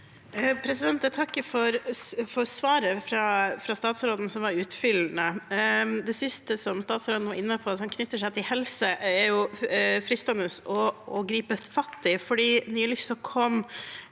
Jeg takker for svaret fra statsråden, som var utfyllende. Det siste som statsråden var inne på, som er knyttet seg til helse, er det fristende å gripe fatt i.